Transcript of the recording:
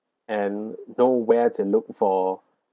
and no where to look for